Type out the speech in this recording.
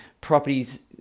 properties